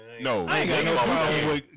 No